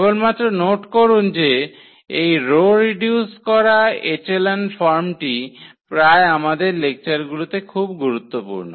কেবলমাত্র নোট করুন যে এই রো রিডিউস করা এচেলন ফর্মটি প্রায় আমাদের লেকচারগুলিতে খুব গুরুত্বপূর্ণ